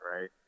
right